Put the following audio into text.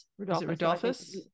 rudolphus